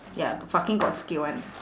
ya fucking got skill [one]